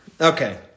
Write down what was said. Okay